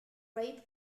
rape